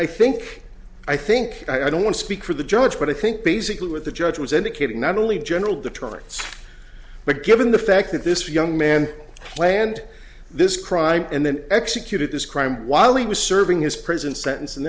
i think i think i don't want to speak for the judge but i think basically what the judge was indicating not only general deterrents but given the fact that this young man planned this crime and then executed this crime while he was serving his prison sentence and